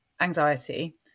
anxiety